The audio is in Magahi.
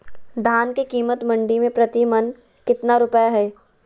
धान के कीमत मंडी में प्रति मन कितना रुपया हाय?